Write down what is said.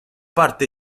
parte